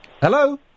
Hello